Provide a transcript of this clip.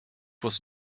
was